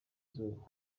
izuba